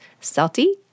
Salty